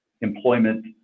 employment